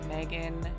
Megan